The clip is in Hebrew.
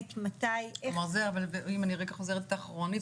אם אני רגע חוזרת איתך אחורנית,